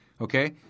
Okay